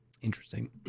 interesting